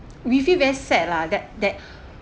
we feel very sad lah that that